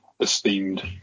esteemed